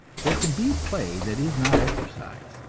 there can be play that is not exercise,